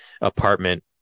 apartment